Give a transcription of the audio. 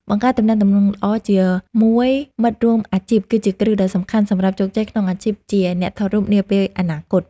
បង្កើតទំនាក់ទំនងល្អជាមួយមិត្តរួមអាជីពគឺជាគ្រឹះដ៏សំខាន់សម្រាប់ជោគជ័យក្នុងអាជីពជាអ្នកថតរូបនាពេលអនាគត។